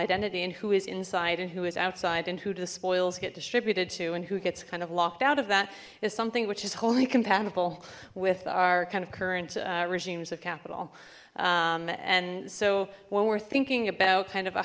identity and who is inside and who is outside and who the spoils get distributed to and who gets kind of locked out of that is something which is wholly compatible with our kind of current regimes of capital and so when we're thinking about kind of a